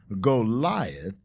Goliath